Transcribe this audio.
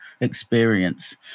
experience